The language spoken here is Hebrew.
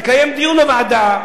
נקיים דיון בוועדה.